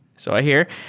so i hear.